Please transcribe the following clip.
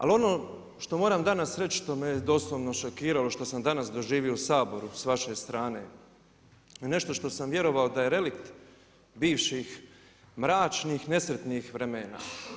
Ali ono što moram danas reći, što me je doslovno šokiralo, što sam danas doživio u Saboru s vaše strane je nešto što sam vjerovao da je relikt bivših mračnih, nesretnih vremena.